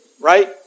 right